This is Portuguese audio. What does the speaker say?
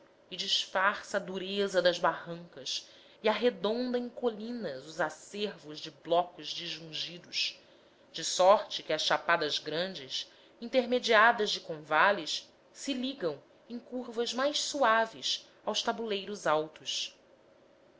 e disfarça a dureza das barrancas e arredonda em colinas os acervos de blocos disjungidos de sorte que as chapadas grandes intermeadas de convales se ligam em curvas mais suaves aos tabuleiros altos